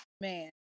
Man